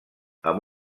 amb